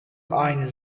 aynı